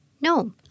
No